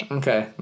okay